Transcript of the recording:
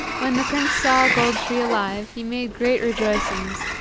when the prince saw gold-tree alive he made great rejoicings,